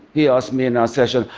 he asked me in our session.